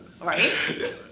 right